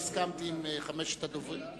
הסכמתי עם חמשת הדוברים.